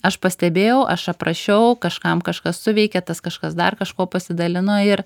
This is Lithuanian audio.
aš pastebėjau aš aprašiau kažkam kažkas suveikė tas kažkas dar kažkuo pasidalino ir